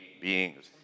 beings